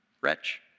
wretch